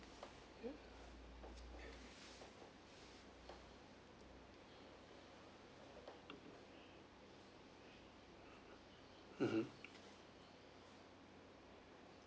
mmhmm